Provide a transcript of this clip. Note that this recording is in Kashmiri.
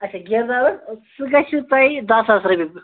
اَچھا گیر دار حظ سُہ گژھِ تۄہہِ دَہ ساس رۄپیہِ